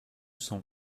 sang